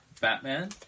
Batman